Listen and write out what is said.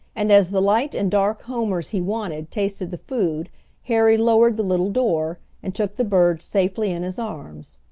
and as the light and dark homers he wanted tasted the food harry lowered the little door, and took the birds safely in his arms.